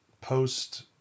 post